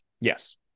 yes